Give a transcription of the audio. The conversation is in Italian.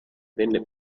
venne